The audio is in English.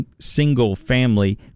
single-family